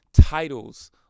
Titles